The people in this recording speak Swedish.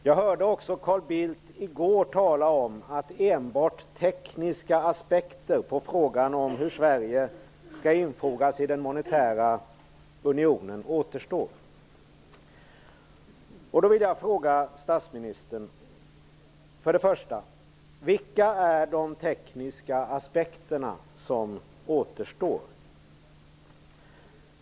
Jag hörde också Carl Bildt i går tala om att det enbart återstår tekniska aspekter på frågan om hur Sverige skall infogas i den monetära unionen. Då vill jag för det första fråga statsministern: Vilka är de tekniska aspekterna som återstår?